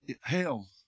hell